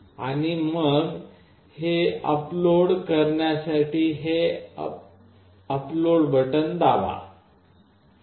आणि मग आपण हे अपलोड करण्यासाठी हे अपलोड बटण दाबा